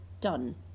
done